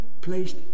placed